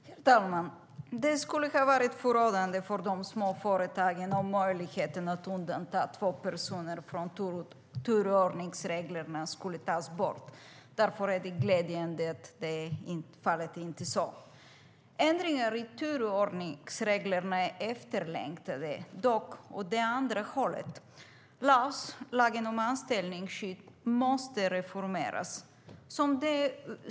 Herr talman! Det skulle ha varit förödande för de små företagen om möjligheten att undanta två personer från turordningsreglerna skulle tas bort. Därför är det glädjande att så inte är fallet. Ändringar i turordningsreglerna är efterlängtade, dock åt det andra hållet. Lagen om anställningsskydd måste reformeras.